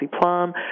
Plum